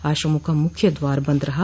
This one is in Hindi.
आश्रमों का मुख्य द्वार बंद रहा